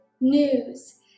news